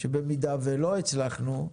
שבמידה שלא הצלחנו,